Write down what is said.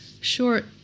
short